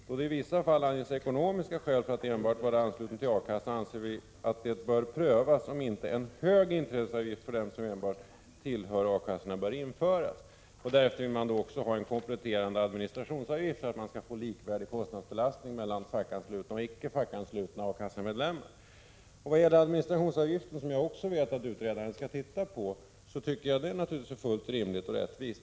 Då det i vissa fall anges ekonomiska skäl för att enbart vara ansluten till A-kassan, anser vi att det bör prövas om inte en hög inträdesavgift för dem som enbart tillhör A-kassorna bör införas.” Man vill också ha en kompletterande administrationsavgift för att få likvärdig kostnadsbelastning mellan fackanslutna och icke fackanslutna A-kassemedlemmar. Administrationsavgiften, som jag vet att utredaren också skall titta på, är naturligtvis rimlig och rättvis.